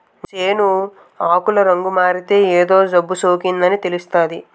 సేను ఆకులు రంగుమారితే ఏదో జబ్బుసోకిందని తెలుస్తాది